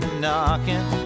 knocking